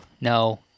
no